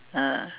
uh